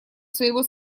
своего